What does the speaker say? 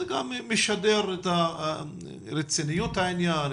זה גם משדר את רצינות העניין,